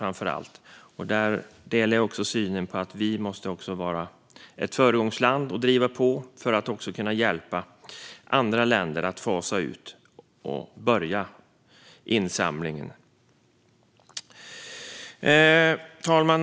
Där delar jag också synen att vi måste vara ett föregångsland och driva på, för att också kunna hjälpa andra länder att fasa ut och börja med insamling. Fru talman!